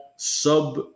sub